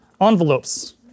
envelopes